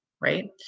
right